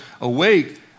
Awake